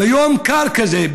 ביום קר כזה,